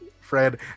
Fred